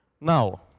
Now